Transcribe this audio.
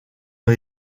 ont